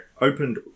opened